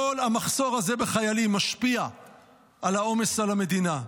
כל המחסור הזה בחיילים משפיע על העומס, על המדינה,